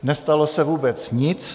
Nestalo se vůbec nic.